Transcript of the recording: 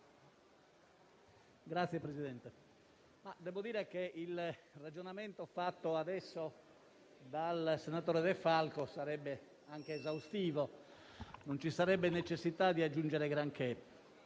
Signor Presidente, devo dire che il ragionamento fatto adesso dal senatore De Falco sarebbe anche esaustivo, non ci sarebbe necessità di aggiungere granché,